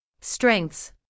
Strengths